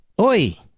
Oi